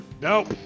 Nope